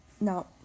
Now